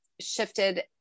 shifted